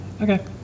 Okay